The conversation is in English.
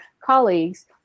colleagues